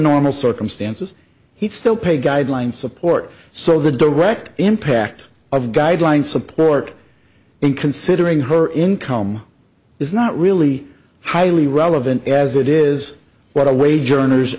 normal circumstances he'd still pay guideline support so the direct impact of guideline support when considering her income is not really highly relevant as it is what a wage earners